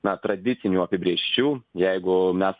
na tradicinių apibrėžčių jeigu mes